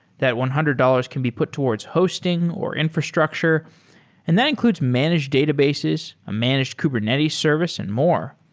that one hundred dollars can be put towards hosting or infrastructure and that includes managed databases, a managed kubernetes service and more.